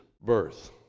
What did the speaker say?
birth